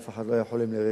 אף אחד לא היה חולם לרגע